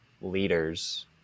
leaders